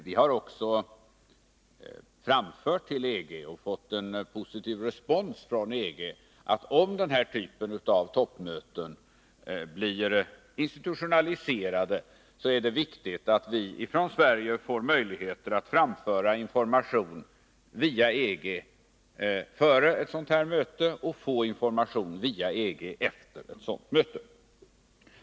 Vi har också framhållit för EG och fått en positiv respons, att om den här typen av toppmöten blir institutionaliserad, är det viktigt att Sverige får möjlighet att framföra information via EG före mötena och att få information via EG efteråt.